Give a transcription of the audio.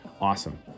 Awesome